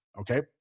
okay